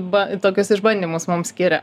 ba tokius išbandymus mum skiria